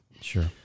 Sure